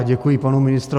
Děkuji panu ministrovi.